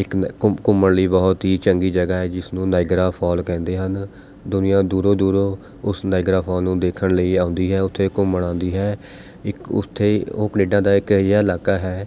ਇੱਕ ਘੁੰਮ ਘੁੰਮਣ ਲਈ ਬਹੁਤ ਹੀ ਚੰਗੀ ਜਗ੍ਹਾ ਹੈ ਜਿਸਨੂੰ ਨਾਇਗਰਾ ਫਾਲ ਕਹਿੰਦੇ ਹਨ ਦੁਨੀਆਂ ਦੂਰੋਂ ਦੂਰੋਂ ਉਸ ਨਾਇਗਰਾ ਫਾਲ ਨੂੰ ਦੇਖਣ ਲਈ ਆਉਂਦੀ ਹੈ ਉੱਥੇ ਘੁੰਮਣ ਆਉਂਦੀ ਹੈ ਇੱਕ ਉੱਥੇ ਉਹ ਕਨੇਡਾ ਦਾ ਇੱਕ ਅਜਿਹਾ ਇਲਾਕਾ ਹੈ